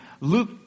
Luke